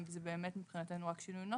אם זה באמת מבחינתנו רק שינוי נוסח,